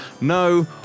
No